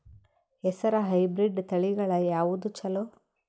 ಹೆಸರ ಹೈಬ್ರಿಡ್ ತಳಿಗಳ ಯಾವದು ಚಲೋ?